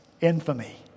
infamy